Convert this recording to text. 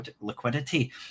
liquidity